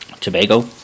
Tobago